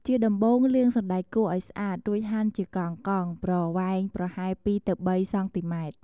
ជាដំបូង លាងសណ្ដែកគួរឱ្យស្អាត រួចហាន់ជាកង់ៗប្រវែងប្រហែល ២ ទៅ ៣ សង់ទីម៉ែត្រ។